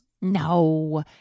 no